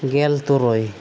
ᱜᱮᱞ ᱛᱩᱨᱩᱭ